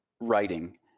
writing